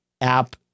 app